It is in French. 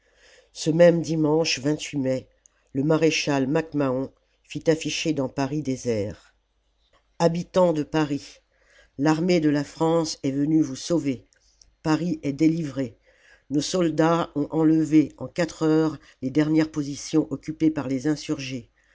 ce même dimanche mai le maréchal mac mahon fit afficher dans paris désert habitants de paris la commune l'armée de la france est venue vous sauver paris est délivré nos soldats ont enlevé en quatre heures les dernières positions occupées par les insurgés